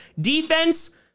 Defense